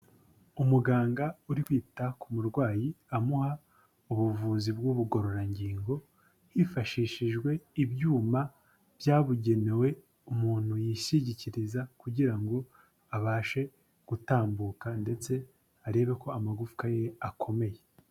Umuganga uri kwita ku murwayi amuha ubuvuzi bw'ubugororangingo hifashishijwe ibyuma byabugenewe umuntu yishingikiriza kugira ngo abashe gutambuka ndetse arebe ko amagufwa ye akomeye.